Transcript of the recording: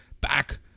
Back